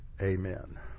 Amen